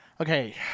okay